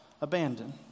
abandoned